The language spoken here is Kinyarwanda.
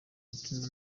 umutima